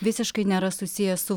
visiškai nėra susijęs su